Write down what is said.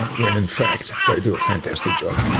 when in fact they do a fantastic job.